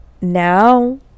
Now